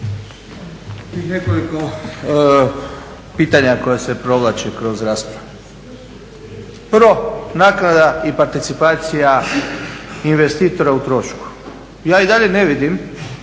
nekoliko pitanja koja se provlače kroz raspravu. Prvo, naknada i participacija investitora u trošku. Ja i dalje ne vidim